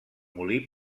molí